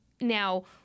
Now